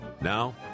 Now